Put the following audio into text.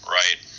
right